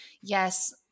Yes